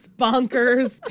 bonkers